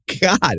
God